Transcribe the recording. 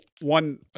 one